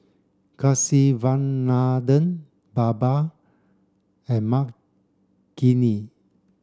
Kasiviswanathan Baba and Makineni